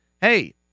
hey